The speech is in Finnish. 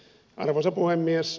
arvoisa puhemies